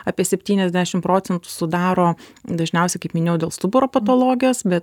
apie septyniasdešim procentų sudaro dažniausiai kaip minėjau dėl stuburo patologijos bet